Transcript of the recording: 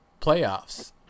playoffs